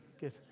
Good